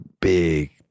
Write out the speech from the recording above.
big